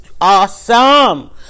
awesome